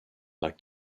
like